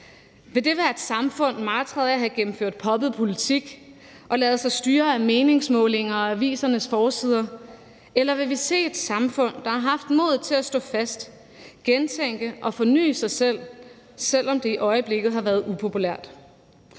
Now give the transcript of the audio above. Vil det være et samfund martret af at have gennemført poppet politik og ladet sig styre af meningsmålinger og avisernes forsider, eller vil vi se et samfund, der har haft modet til at stå fast, gentænke og forny sig selv, selv om det i øjeblikket har været upopulært,